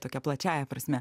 tokia plačiąja prasme